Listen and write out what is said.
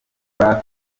black